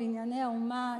"בנייני האומה",